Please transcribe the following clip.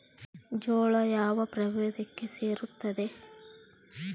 ಜೋಳವು ಯಾವ ಪ್ರಭೇದಕ್ಕೆ ಸೇರುತ್ತದೆ?